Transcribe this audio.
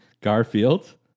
Garfield